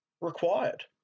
required